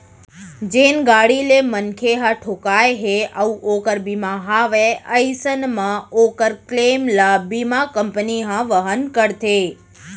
जेन गाड़ी ले मनखे ह ठोंकाय हे अउ ओकर बीमा हवय अइसन म ओकर क्लेम ल बीमा कंपनी ह वहन करथे